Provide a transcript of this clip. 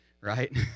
right